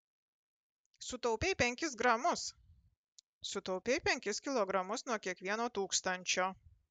sutaupei penkis gramus sutaupei penkis kilogramus nuo kiekvieno tūkstančio